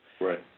Right